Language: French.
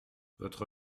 votre